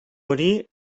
hori